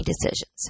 decisions